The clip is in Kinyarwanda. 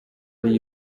ariyo